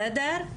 בסדר?